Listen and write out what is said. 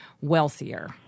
wealthier